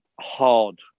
hard